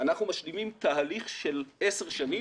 אנחנו משלימים תהליך של עשר שנים,